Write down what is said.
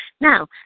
Now